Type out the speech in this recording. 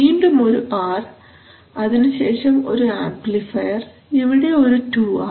വീണ്ടുമൊരു R അതിനുശേഷം ഒരു amplifier ഇവിടെ ഒരു ടുആർ